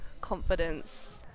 confidence